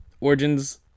Origins